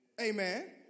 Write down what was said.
Amen